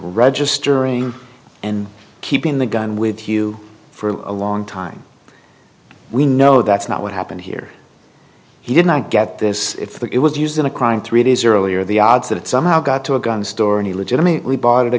registering and keeping the gun with you for a long time we know that's not what happened here he did not get this if the it was used in a crime three days earlier the odds that it somehow got to a gun store and he legitimately bought